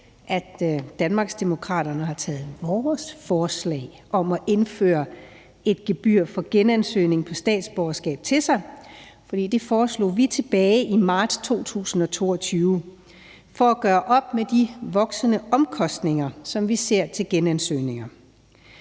at Danmarksdemokraterne har taget vores forslag om at indføre et gebyr for genansøgning af statsborgerskab til sig. Det foreslog vi tilbage i marts 2022 for at gøre op med de voksende omkostninger, som vi ser til genansøgninger.